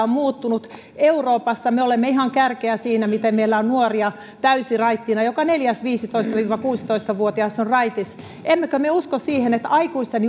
on muuttunut euroopassa me olemme ihan kärkeä siinä miten meillä on nuoria täysin raittiina joka neljäs viisitoista viiva kuusitoista vuotias on raitis emmekö me usko siihen että aikuisten